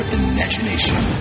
imagination